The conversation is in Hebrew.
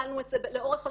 שקלנו את זה לאורך השנים,